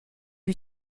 you